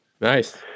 nice